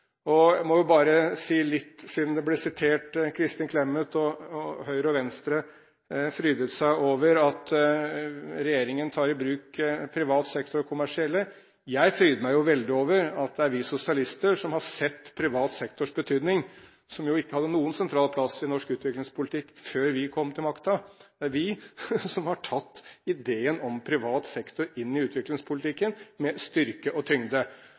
sektor. Jeg må bare si, siden Kristin Clemet ble sitert, og Høyre og Venstre frydet seg over at regjeringen tar i bruk privat sektor og det kommersielle: Jeg fryder meg jo veldig over at det er vi sosialister som har sett privat sektors betydning, en sektor som jo ikke hadde noen sentral plass i norsk utviklingspolitikk før vi kom til makten. Det er vi som har tatt ideen om privat sektor inn i utviklingspolitikken med styrke og tyngde.